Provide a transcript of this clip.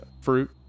fruit